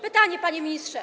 Pytanie, panie ministrze.